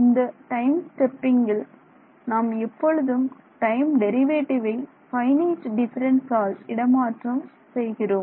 இந்த time stepping இல் நாம் எப்பொழுதும் டைம் டெரிவேட்டிவ்வை ஃபைனைட் டிஃபரன்ஸ் ஆல் இடமாற்றம் செய்தோம்